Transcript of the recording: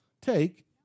take